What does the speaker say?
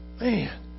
man